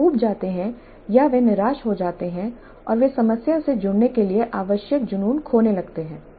वे ऊब जाते हैं या वे निराश हो जाते हैं और वे समस्या से जुड़ने के लिए आवश्यक जुनून खोने लगते हैं